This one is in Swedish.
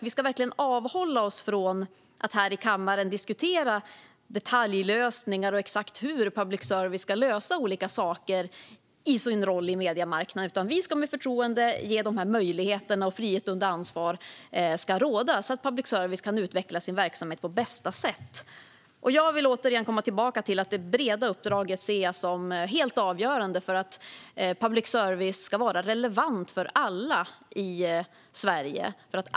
Vi ska verkligen avhålla oss från att här i kammaren diskutera detaljlösningar och exakt hur public service med sin roll på mediemarknaden ska lösa olika frågor. Vi ska i förtroende ge public service dessa möjligheter, och frihet under ansvar ska råda så att public service kan utveckla sin verksamhet på bästa sätt. Jag vill återigen komma tillbaka till att jag ser det breda uppdraget som helt avgörande för att public service ska vara relevant för alla i Sverige.